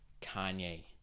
Kanye